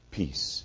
peace